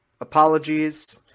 Apologies